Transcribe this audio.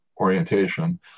orientation